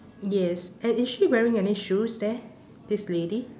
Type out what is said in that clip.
yes and is she wearing any shoes there this lady